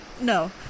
No